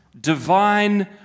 divine